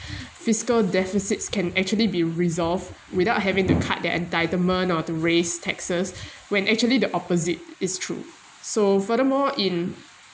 fiscal deficits can actually be resolved without having to cut their entitlement or to raise taxes when actually the opposite is true so furthermore in